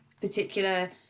particular